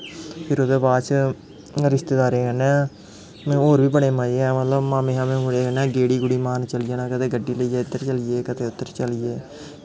फिर ओह्दे बाद च रिश्तेदारें कन्नै होर बी बड़े मज़े न मतलब माम्मे शाम्मे दे मुड़े कन्नै गेड़ी गूड़ी मारन चली जाना कदें गड्डी लेइयै इद्धर चली गे कदें उद्धर चली गे